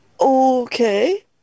okay